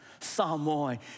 Samoy